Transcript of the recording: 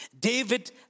David